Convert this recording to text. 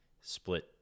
split